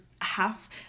half